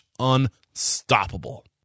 unstoppable